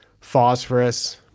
phosphorus